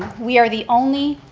we are the only